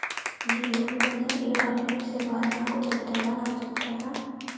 నేను లోన్ కోసం ఎం డాక్యుమెంట్స్ ఇవ్వాలో నాకు చెపుతారా నాకు చెపుతారా?